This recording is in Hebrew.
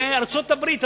בארצות-הברית,